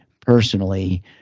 personally